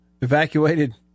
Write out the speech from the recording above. evacuated